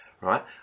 right